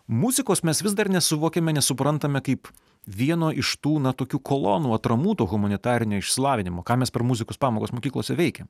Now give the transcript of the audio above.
muzikos mes vis dar nesuvokiame nesuprantame kaip vieno iš tų na tokių kolonų atramų to humanitarinio išsilavinimo ką mes per muzikos pamokas mokyklose veikiam